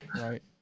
Right